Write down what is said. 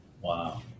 Wow